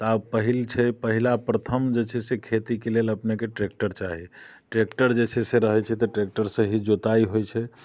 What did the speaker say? तऽ आब पहिल छै पहिला प्रथम जे छै से खेतीके लेल अपनेके ट्रैक्टर चाही ट्रैक्टर जे छै से रहैत छै तऽ ट्रैक्टरसँ ही जोताइ होइत छै